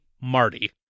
Marty